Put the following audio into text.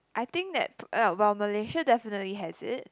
I think that f~ well Malaysia definitely has it